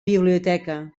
biblioteca